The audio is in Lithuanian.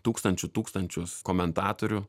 tūkstančių tūkstančius komentatorių